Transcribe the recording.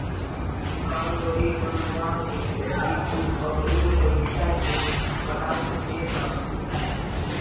दूकान दौरी बनवा के भी तू अपनी पईसा के बढ़ा सकेला